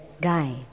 guide